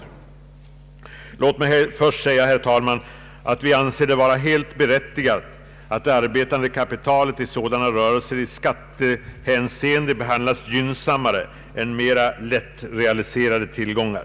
Först vill jag säga, herr talman, att vi anser det vara helt berättigat att det arbetande kapitalet i sådana rörelser i skattehänseende behandlas gynnsammare än mera lättrealiserade tillgångar.